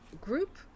group